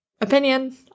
opinion